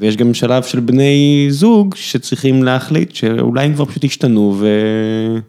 ויש גם שלב של בני זוג שצריכים להחליט שאולי הם כבר פשוט השתנו ו...